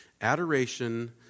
Adoration